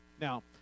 Now